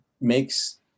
makes